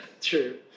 true